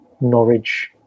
Norwich